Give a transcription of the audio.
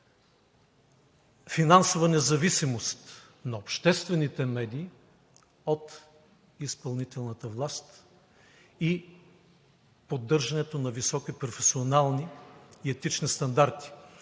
финансова независимост на обществените медии от изпълнителната власт и поддържането на високи професионални и етични стандарти.